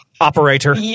operator